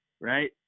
right